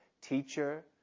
teacher